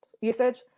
usage